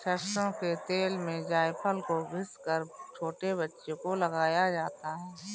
सरसों के तेल में जायफल को घिस कर छोटे बच्चों को लगाया जाता है